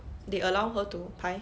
they allow her to 拍